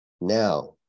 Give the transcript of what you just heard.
now